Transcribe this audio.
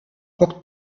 poc